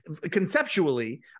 conceptually